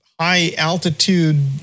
high-altitude